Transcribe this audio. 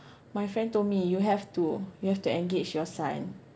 my friend told me you have to you have to engage your son